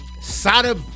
Sada